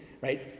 Right